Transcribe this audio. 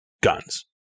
guns